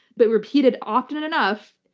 but repeated often enough,